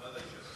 מעמד האישה?